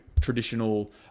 traditional